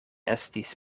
estis